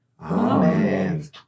Amen